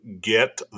Get